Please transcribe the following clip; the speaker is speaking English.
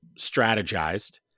strategized